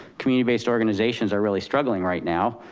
community based organizations are really struggling right now.